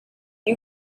you